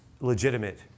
legitimate